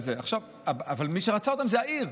אבל מי שרצה אותם זה העיר.